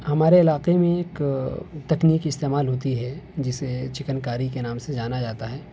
ہمارے علاقے میں ایک تکنیک استعمال ہوتی ہے جسے چکن کاری کے نام سے جانا جاتا ہے